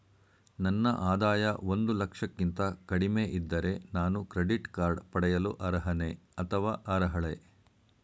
ನನ್ನ ಆದಾಯ ಒಂದು ಲಕ್ಷಕ್ಕಿಂತ ಕಡಿಮೆ ಇದ್ದರೆ ನಾನು ಕ್ರೆಡಿಟ್ ಕಾರ್ಡ್ ಪಡೆಯಲು ಅರ್ಹನೇ ಅಥವಾ ಅರ್ಹಳೆ?